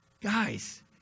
Guys